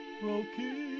broken